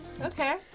Okay